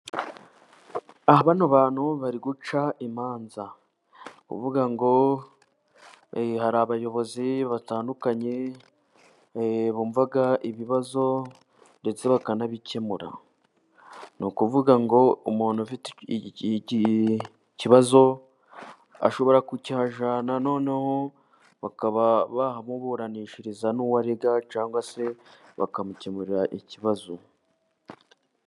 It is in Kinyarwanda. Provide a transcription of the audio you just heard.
Aha bano bantu bari guca imanza kuvuga ngo hari abayobozi batandukanye, bumva ibibazo ndetse bakanabikemura ni ukuvuga ngo umuntu ufite ikibazo ashobora kukihajyana, noneho bakaba bahamuburanishiriza n'uwo arega cyangwa se bakamukemurira ikibazo.